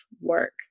work